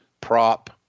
prop